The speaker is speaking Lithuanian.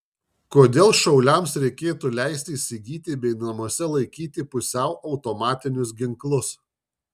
kodėl šauliams reikėtų leisti įsigyti bei namuose laikyti pusiau automatinius ginklus